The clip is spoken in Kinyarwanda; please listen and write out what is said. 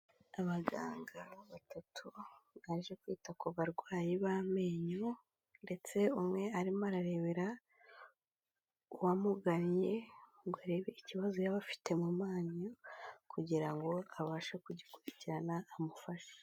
Abaganga batatu baje kwita ku barwayi b'amenyo ndetse umwe arimo ararebera uwamugannye ngo arebe ikibazo yaba afite mu menyo kugira ngo abashe kugikurikirana amufasha.